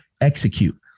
execute